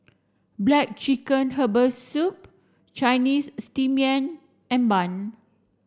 black chicken herbal soup Chinese steamed yam and bun